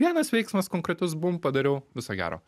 vienas veiksmas konkretus bum padariau viso gero